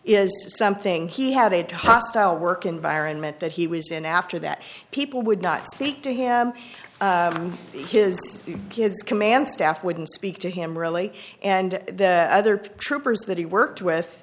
is something he had a hostile work environment that he was in after that people would not speak to him his kids command staff wouldn't speak to him really and the other troopers that he worked with